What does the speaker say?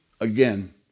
again